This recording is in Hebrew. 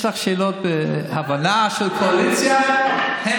יש לך שאלות הבנה של קואליציה, הם